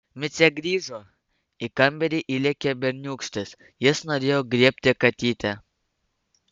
micė grįžo į kambarį įlėkė berniūkštis jis norėjo griebti katytę